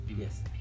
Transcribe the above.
Yes